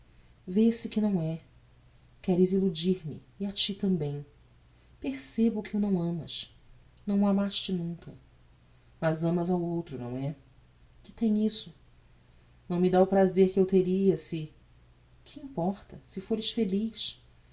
coração vê-se que não é queres illudir me e a ti também percebo que o não amas não o amaste nunca mas amas ao outro não é que tem isso não me dá o prazer que eu teria se que importa se fores feliz